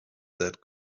that